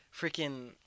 Freaking